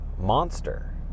monster